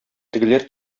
тегеләр